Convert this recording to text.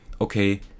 okay